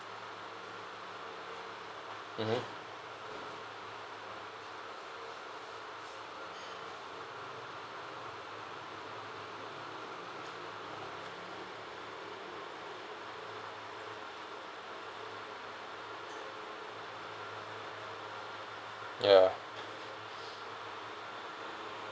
mmhmm ya